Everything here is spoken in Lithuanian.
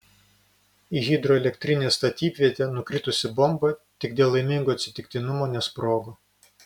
į hidroelektrinės statybvietę nukritusi bomba tik dėl laimingo atsitiktinumo nesprogo